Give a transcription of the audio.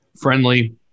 friendly